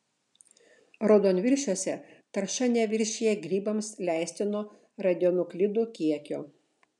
raudonviršiuose tarša neviršija grybams leistino radionuklidų kiekio